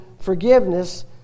forgiveness